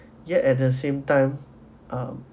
yet at the same time um